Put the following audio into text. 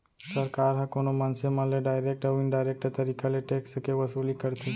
सरकार ह कोनो मनसे मन ले डारेक्ट अउ इनडारेक्ट तरीका ले टेक्स के वसूली करथे